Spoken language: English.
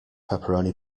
pepperoni